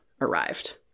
arrived